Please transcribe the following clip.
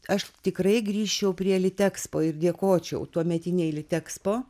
aš tikrai grįžčiau prie litexpo ir dėkočiau tuometinei litekspo